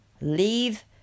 Leave